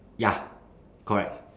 ya correct